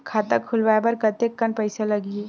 खाता खुलवाय बर कतेकन पईसा लगही?